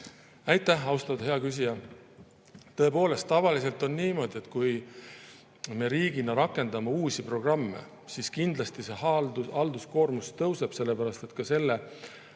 Aitäh, austatud hea küsija! Tõepoolest, tavaliselt on niimoodi, et kui me riigina rakendame uusi programme, siis kindlasti halduskoormus kasvab. Ka selle